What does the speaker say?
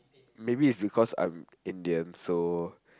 maybe it's because I'm Indian so